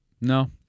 No